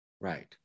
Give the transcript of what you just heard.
Right